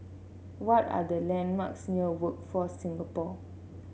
what are the landmarks near Workforce Singapore